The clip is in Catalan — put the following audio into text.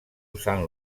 usant